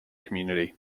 community